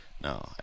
No